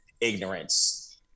ignorance